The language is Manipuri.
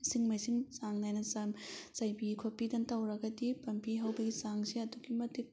ꯏꯁꯤꯡ ꯃꯥꯏꯁꯤꯡ ꯆꯥꯡ ꯅꯥꯏꯅ ꯆꯥꯏꯕꯤ ꯈꯣꯠꯄꯤꯗꯅ ꯇꯧꯔꯒꯗꯤ ꯄꯥꯝꯕꯤ ꯍꯧꯕꯒꯤ ꯆꯥꯡꯁꯦ ꯑꯗꯨꯛꯀꯤ ꯃꯇꯤꯛ